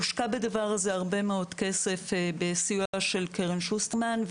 הושקע בדבר הזה הרבה מאוד כסף בסיוע קרן שוסטרמן.